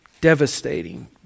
Devastating